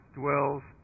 dwells